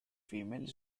female